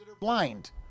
blind